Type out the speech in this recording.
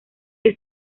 que